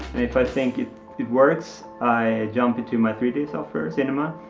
and if i think it it works, i jump into my three d software, cinema,